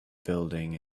building